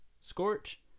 Scorch